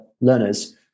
learners